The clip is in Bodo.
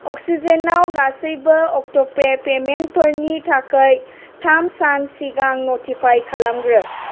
अक्सिजेनआव गासैबो अटपे पेमेन्टफोरनि थाखाय थाम सान सिगां नटिफाइ खालामग्रो